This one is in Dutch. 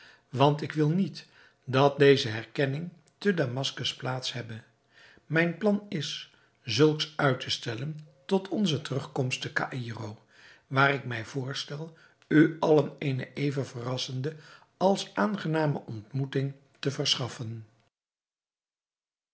want ik wil niet dat deze herkenning te damaskus plaats hebbe mijn plan is zulks uit te stellen tot onze terugkomst te caïro waar ik mij voorstel u allen eene even verrassende als aangename ontmoeting te verschaffen